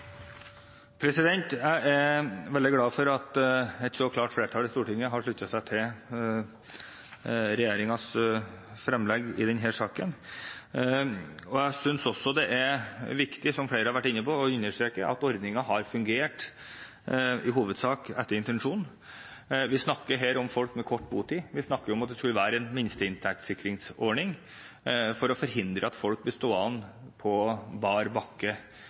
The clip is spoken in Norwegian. veldig glad for at et så klart flertall i Stortinget har sluttet seg til regjeringens fremlegg i denne saken, og jeg synes også det er viktig å understreke, som flere har vært inne på, at ordningen i hovedsak har fungert etter intensjonen. Vi snakker her om folk med kort botid, vi snakker om at det skulle være en minsteinntektsikringsordning for å forhindre at folk ble stående på bar bakke